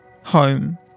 home